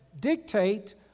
dictate